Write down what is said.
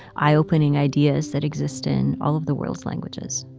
eye-opening ideas that exist in all of the world's languages.